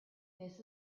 this